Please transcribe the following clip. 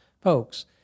folks